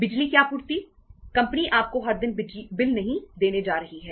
बिजली की आपूर्ति कंपनी आपको हर दिन बिल नहीं देने जा रही है